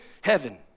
heaven